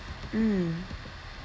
mm